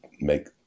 make